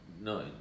no